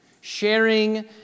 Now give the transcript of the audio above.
sharing